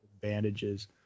Bandages